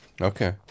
Okay